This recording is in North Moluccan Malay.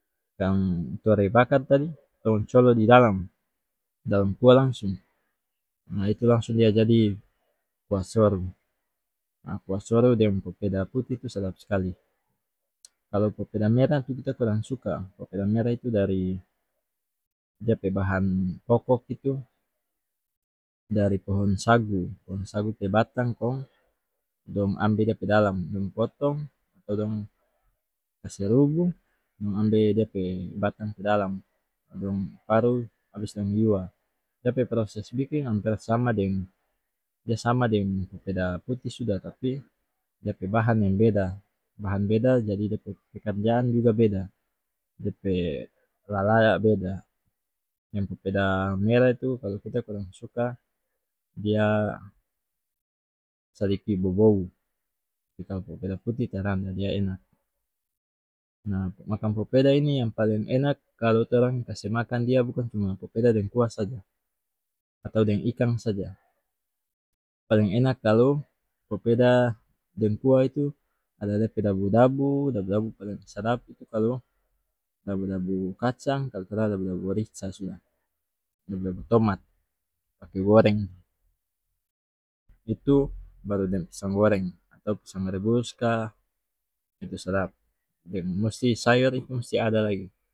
Ikang tore bakar tadi tong colo didalam dalam kuah langsung ha itu lansung dia jadi kuah soru ah kua soru deng popeda putih tu sadap skali kalu popeda merah itu kita kurang suka popeda merah itu dari dia pe bahan pokok itu dari pohon sagu pohon sagu pe batang kong dong ambe dia pe dalam dong potong atau dong kase rubuh dong ambe dia pe batang pe dalam dong parut abis dong yuwa dia pe proses biking amper sama deng-dia sama deng popeda putih sudah tapi dia pe bahan yang beda bahan beda jadi dia pe pekerjaan juga beda dia pe lalah beda yang popeda merah itu kalu kita kurang suka dia sadiki bobou tapi kalu popeda putih tarada dia enak nah makang popeda ini yang paleng enak kalu torang kase makan dia bukan cuma popeda deng kuah saja atau deng ikan saja paleng enak kalu popeda deng kuah itu ada dia pe dabu dabu dabu dabu paleng sadap itu kalu dabu dabu kacang kalu tarada dabu dabu rica sudah dabu dabu tomat pake goreng itu baru deng pisang goreng atau pisang rebus ka itu sadap deng musi sayur itu musi ada lagi.